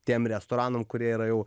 tiem restoranam kurie yra jau